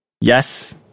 yes